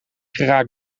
geraakt